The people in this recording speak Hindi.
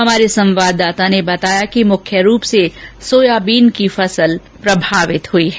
हमारे संवाददाता ने बताया कि मुख्य रूप से सोयाबीन की फसल प्रभावित हुई है